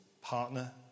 partner